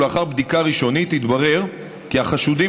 ולאחר בדיקה ראשונית התברר כי החשודים